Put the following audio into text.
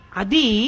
adi